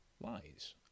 lies